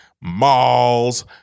malls